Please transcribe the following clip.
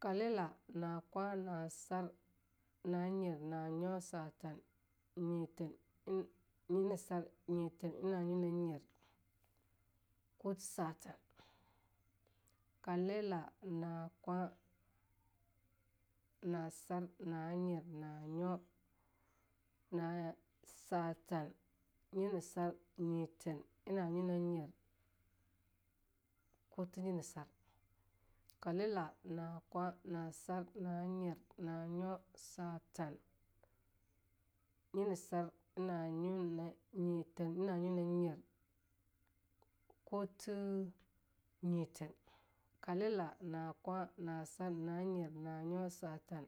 kalela, nakwa, na sar, na nyer na nyo, satan, nyeten, yinisar, nyeten, ina nyo ina nyer, kuti satan, kalila, nakwa, na sar, na nyer, nanyo, satan, yinisar, nyitaen, ina nyo ina nyer, kuti yini sar, kalila, nakwa, na sar, nanyer, nanyo, satan, yini sar, ina - nyo - nyiten, ina nyo ina nyer, kuti nyiten, kalila, na kwa, na sar, na nyer, na nyo, satan,